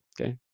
okay